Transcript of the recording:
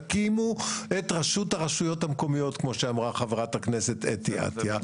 תקימו את רשות הרשויות המקומיות כמו שאמרה חברת הכנסת אתי עטיה,